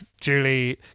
Julie